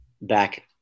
back